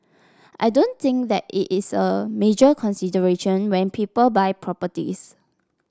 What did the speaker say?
i don't think that is a major consideration when people buy properties